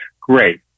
great